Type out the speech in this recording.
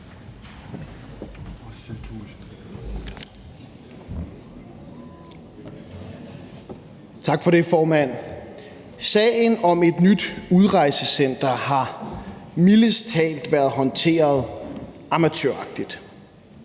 Tak for det, formand. Sagen om et nyt udrejsecenter har mildest talt været håndteret amatøragtigt.